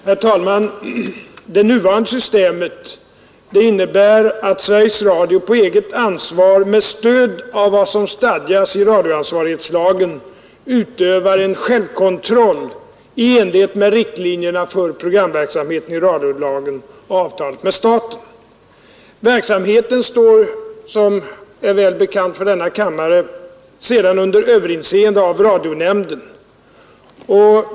Herr talman! Det nuvarande systemet innebär att Sveriges Radio på eget ansvar med stöd av vad som stadgas i radioansvarighetslagen utövar en självkontroll i enlighet med riktlinjerna för programverksamheten i radiolagen och avtalet med staten. Verksamheten står, som är väl bekant för denna kammare, sedan under överinseende av radionämnden.